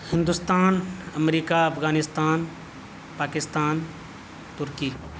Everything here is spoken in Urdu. ہندوستان امریکہ افغانستان پاکستان ترکی